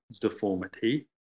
deformity